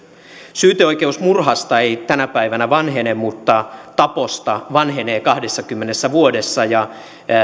syyteoikeus murhasta ei tänä päivänä vanhene mutta taposta vanhenee kahdessakymmenessä vuodessa